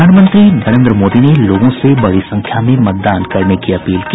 प्रधानमंत्री नरेन्द्र मोदी ने लोगों से बड़ी संख्या में मतदान करने की अपील की